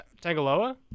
Tangaloa